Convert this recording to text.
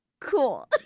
cool